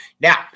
Now